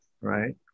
right